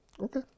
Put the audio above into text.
Okay